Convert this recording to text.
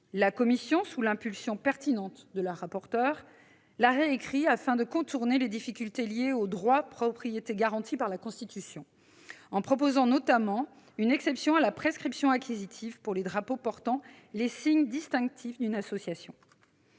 La commission, sous l'impulsion pertinente de Mme la rapporteure, l'a récrit afin de contourner les difficultés liées au droit de propriété garanti par la Constitution, en proposant notamment une exception à la prescription acquisitive pour les drapeaux portant les signes distinctifs d'une association.